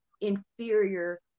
inferior